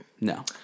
No